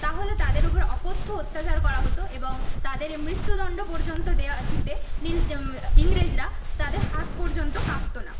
তাহলে তাদের উপর অকথ্য অত্যাচার করা হতো এবং তাদের মৃত্যুদণ্ড পর্যন্ত দেওয়া দিতে নীল ইংরেজরা তাদের হাত পর্যন্ত কাঁপত না